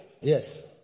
yes